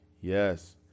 Yes